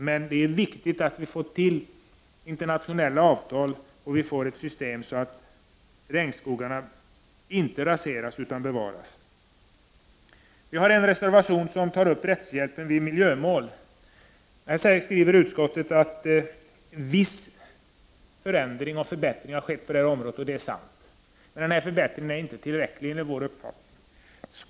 Men det är viktigt att få till stånd internationella avtal för att se till att regnskogarna inte raseras utan bevaras. Detta tas upp i reservation 4. I reservation 6 tar vi tillsammans med folkpartiet, vpk och miljöpartiet upp rättshjälp i miljömål. Utskottsmajoriteten skriver att viss förbättring har skett på detta område, vilket är sant. Men denna förbättring är enligt vår uppfattning inte tillräcklig.